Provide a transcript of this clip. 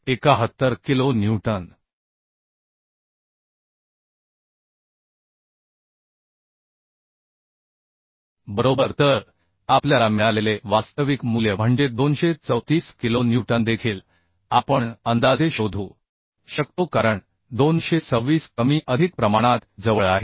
71 kilo newton बरोबर तर आपल्याला मिळालेले वास्तविक मूल्य म्हणजे 234 किलो न्यूटन देखील आपण अंदाजे शोधू शकतो कारण 226 कमी अधिक प्रमाणात जवळ आहे